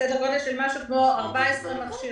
כ-14 מכשירים.